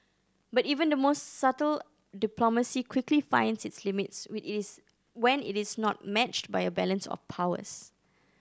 but even the most subtle diplomacy quickly finds its limits it is when it is not matched by a balance of powers